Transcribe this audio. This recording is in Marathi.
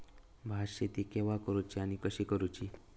भात शेती केवा करूची आणि कशी करुची?